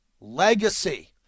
Legacy